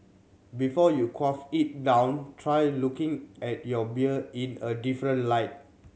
before you quaff it down try looking at your beer in a different light